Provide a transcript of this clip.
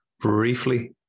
Briefly